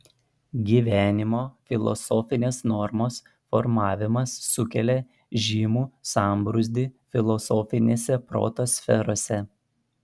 gyvenimo filosofinės normos formavimas sukelia žymų sambrūzdį filosofinėse proto sferose